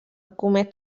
comet